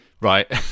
Right